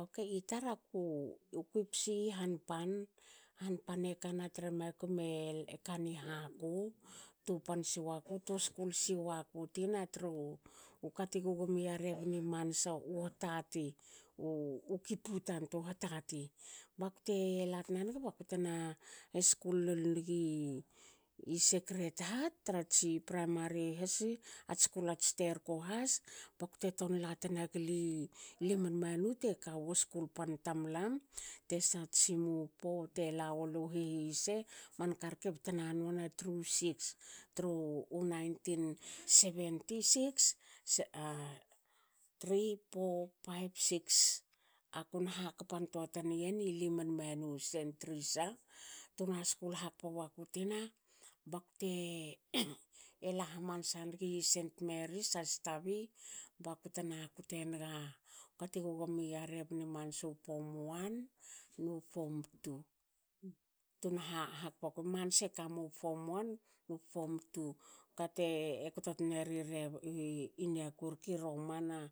Okei itar aku psi yi hanpan. Hanpan e kana tra makum e kani haku tu pan si waku tu skul si waku tina tru ka ti gugmin rebni mansa u hatati u ki putan toa u hatati. bakte latna nigi baktena skul lol nigi sacred heart tratsi primary hasi ats skul ats terko has bakte ton latna gli limanmanu teka wu skul pan tamlam te si wu four tela wolu hihiyese. manka rke btna noana tru six. Tru u nineteen seventy six, three. four. five. six. Aku na hakpan toa tani yen i limanmanu st thresa tuna skul hakpa waku tina bakte ela hamansa nigi st mary's asitavi. bakutna kote naga kati gugomia rebni mansa form one nu form two. kate kto tneru i niaku rke romana